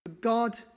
God